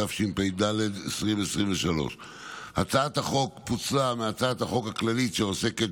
התשפ"ד 2023. הצעת החוק פוצלה מהצעת החוק הכללית שעוסקת